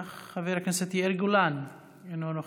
חבר הכנסת יואב סגלוביץ' אינו נוכח,